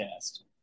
cast